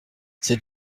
c’est